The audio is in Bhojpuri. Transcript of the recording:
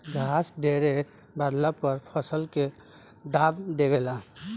घास ढेरे बढ़ला पर फसल के दाब देवे ला